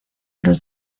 los